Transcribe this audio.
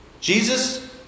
Jesus